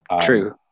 True